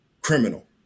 criminal